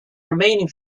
remaining